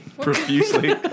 profusely